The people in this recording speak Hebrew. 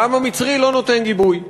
והעם המצרי לא נותן גיבוי.